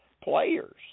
players